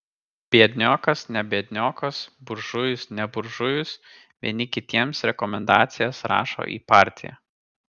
biedniokas ne biedniokas buržujus ne buržujus vieni kitiems rekomendacijas rašo į partiją